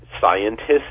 scientists